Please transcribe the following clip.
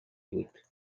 بود